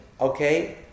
okay